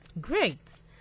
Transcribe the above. Great